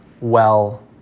well-